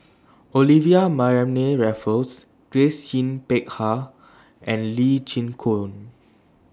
Olivia Mariamne Raffles Grace Yin Peck Ha and Lee Chin Koon